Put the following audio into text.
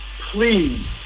please